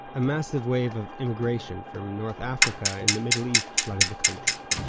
a massive wave of immigration from north africa and the middle east flooded the country.